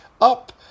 up